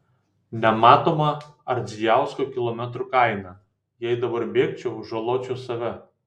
nematoma ardzijausko kilometrų kaina jei dabar bėgčiau žaločiau save